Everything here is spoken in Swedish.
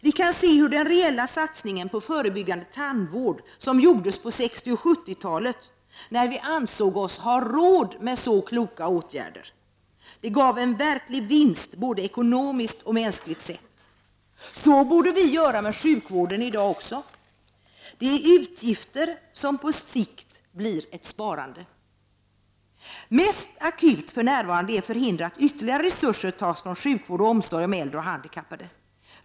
Vi kan se hur den reella satsningen på förebyggande tandvård, som gjordes på 60 och 70-talen, när vi ansåg oss ha råd till så kloka åtgärder, gav en verklig vinst både ekonomiskt och mänskligt sett. Så borde vi göra även med sjukvården i dag. Det är utgifter som på sikt blir ett sparande. Mest akut för närvarande är att förhindra att ytterligare resurser tas från sjukvård och omsorg om äldre och handikappade.